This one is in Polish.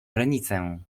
granicę